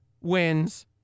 wins